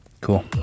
cool